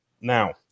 Now